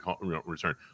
return